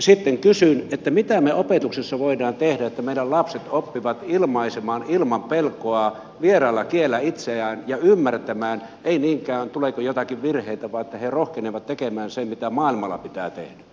sitten kysyn mitä me opetuksessa voimme tehdä että meidän lapset oppivat ilmaisemaan itseään ilman pelkoa vieraalla kielellä ja ymmärtämään ei niinkään että tuleeko jotain virheitä vaan että he rohkenevat tekemään sen mitä maailmalla pitää tehdä